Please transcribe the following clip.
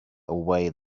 away